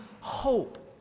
hope